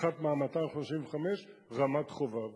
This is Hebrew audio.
אחת מה-255, רמת-חובב.